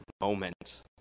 moment